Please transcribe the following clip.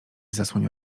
zasłoń